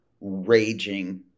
raging